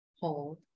Hold